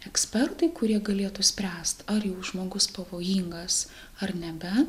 ekspertai kurie galėtų spręst ar jau žmogus pavojingas ar nebe